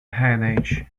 headache